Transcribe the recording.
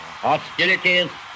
Hostilities